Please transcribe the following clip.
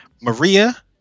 Maria